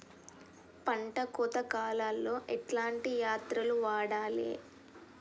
పంట కోత కాలాల్లో ఎట్లాంటి యంత్రాలు వాడాలే?